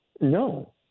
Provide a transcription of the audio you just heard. No